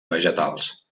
vegetals